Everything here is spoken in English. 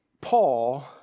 Paul